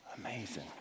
Amazing